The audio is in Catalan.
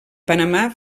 panamà